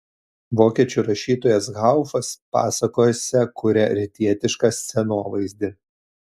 vokiečių rašytojas haufas pasakose kuria rytietišką scenovaizdį